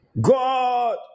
God